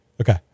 Okay